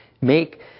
make